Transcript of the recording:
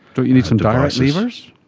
don't you need some direct levers?